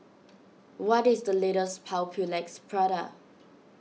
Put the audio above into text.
what is the latest Papulex product